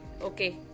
okay